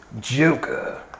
Joker